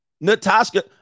Natasha